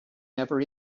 never